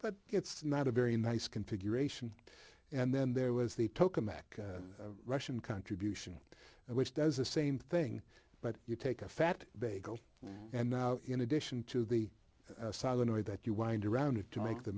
but it's not a very nice configuration and then there was the token back russian contribution which does the same thing but you take a fat bagel and now in addition to the silent way that you wind around it to make the